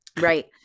Right